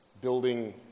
building